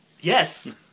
yes